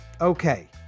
Okay